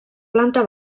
planta